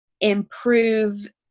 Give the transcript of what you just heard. improve